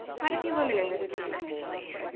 quite a few women in this town, actually.